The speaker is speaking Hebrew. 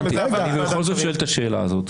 הבנתי ואני בכל זאת שואל את השאלה הזאת,